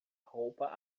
roupa